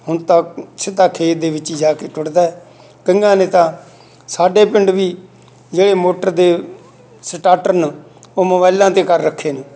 ਹੁਣ ਤਾਂ ਸਿੱਧਾ ਖੇਤ ਦੇ ਵਿੱਚ ਹੀ ਜਾ ਕੇ ਟੁੱਟਦਾ ਕਈਆਂ ਨੇ ਤਾਂ ਸਾਡੇ ਪਿੰਡ ਵੀ ਜਿਹੜੇ ਮੋਟਰ ਦੇ ਸਟਾਰਟਰ ਨੇ ਉਹ ਮੋਬਾਈਲਾਂ 'ਤੇ ਕਰ ਰੱਖੇ ਨੇ